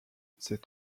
cet